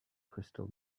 crystal